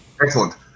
Excellent